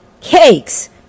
cakes